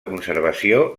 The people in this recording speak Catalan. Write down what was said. conservació